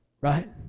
right